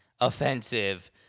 offensive